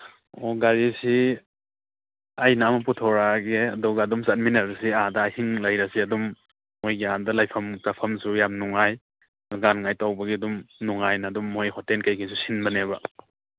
ꯑꯣ ꯒꯥꯔꯤꯁꯤ ꯑꯩꯅ ꯑꯃ ꯄꯨꯊꯣꯔꯛꯑꯒꯦ ꯑꯗꯨꯒ ꯑꯗꯨꯝ ꯆꯠꯃꯤꯟꯅꯔꯁꯤ ꯑꯥꯗ ꯑꯍꯤꯡ ꯂꯩꯔꯁꯤ ꯑꯗꯨꯝ ꯃꯣꯏꯒꯤ ꯑꯥꯗ ꯂꯩꯐꯝ ꯆꯥꯐꯝꯁꯨ ꯌꯥꯝ ꯅꯨꯡꯉꯥꯏ ꯒꯥꯟꯉꯥꯏ ꯇꯧꯕꯒꯤ ꯑꯗꯨꯝ ꯅꯨꯡꯉꯥꯏꯅ ꯑꯗꯨꯝ ꯃꯣꯏ ꯍꯣꯇꯦꯟ ꯀꯩꯀꯩꯁꯨ ꯁꯤꯟꯕꯅꯦꯕ